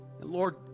Lord